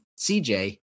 CJ